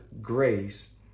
grace